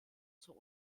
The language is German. zur